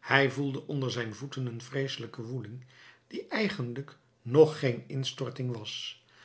hij voelde onder zijn voeten een vreeselijke woeling die eigenlijk nog geen instorting was